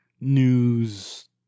news